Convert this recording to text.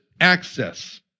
access